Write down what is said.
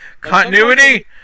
Continuity